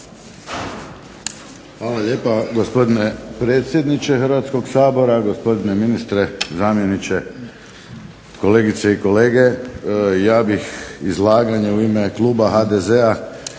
Hvala lijepa gospodine predsjedniče Hrvatskog sabora, gospodine ministre, zamjeniče, kolegice i kolege. Ja bih izlaganje u ime kluba HDZ-a